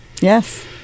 Yes